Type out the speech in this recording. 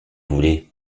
voulez